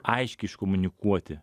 aiškiai iškomunikuoti